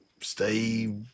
stay